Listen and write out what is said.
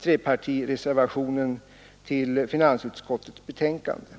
trepartireservationen vid finansutskottets betänkande.